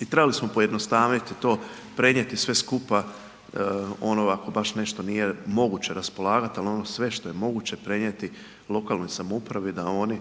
i trebali smo pojednostavniti to, prenijeti sve skupa ono ako baš nešto nije moguće raspolagati, ali ono sve što je moguće prenijeti lokalnoj samoupravi, da oni